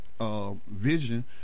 vision